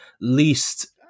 least –